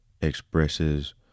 expresses